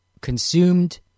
consumed